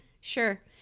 sure